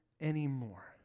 anymore